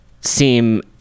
seem